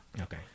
Okay